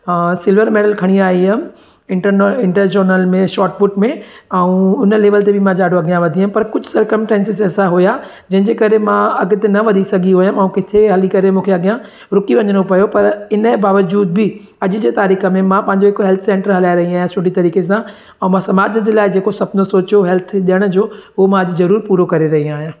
अ silver medal खणी आई हुयमि इंटर्न इंटर जोन में शॉट पुट में ऐं उन लेवल ते बि मां ॾाढो अॻियां वधी हुयमि पर कुझु सर्कमटेंसिस ऐसा हुया जंहिंजे करे मां अॻिते न वधी सघी हुयमि ऐं किथे हली करे मूंखे अॻियां रुकी वञिणो पयो पर इन जे बावजूद बि अॼु जे तरीख़ में मां पंहिंजो हिकु हेल्थ सेंटर हलाए रही आहियां सुठी तरीक़े सां ऐं मां समाज जे लाइ जेको सपनो सोचियो हो हेल्थ ॾियण जो उहो मां अॼु ज़रूरु पूरो करे रही आहियां